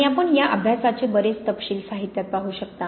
आणि आपण या अभ्यासाचे बरेच तपशील साहित्यात पाहू शकता